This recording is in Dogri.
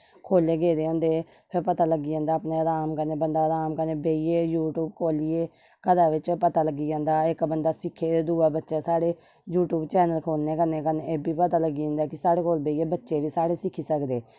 खोह्ले गेदे होंदे फिर पता लग्गी जंदा अफने आराम कन्ने बंदा आराम कन्ने बेहियै यूट्यूब खोह्लिये घरा बिच पता लग्गी जंदा इक बंदा ते दूआ बच्चा साढ़े यूट्यूब चैनल खोलने कन्नै ऐ बी पता लग्गी जंदा कि साढ़े कोल बेहिये बच्चे बी साढ़े सिक्खी सकदे